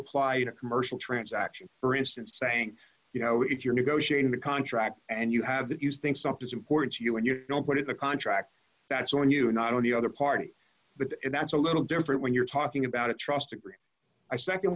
apply in a commercial transaction for instance saying you know if you're negotiating a contract and you have that you think something is important to you and you know what is the contract that's on you not on the other party but that's a little different when you're talking about a